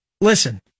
listen